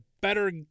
better